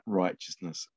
righteousness